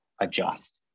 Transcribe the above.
adjust